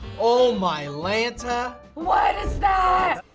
oh mylanta! what is that?